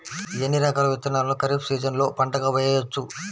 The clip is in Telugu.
ఎన్ని రకాల విత్తనాలను ఖరీఫ్ సీజన్లో పంటగా వేయచ్చు?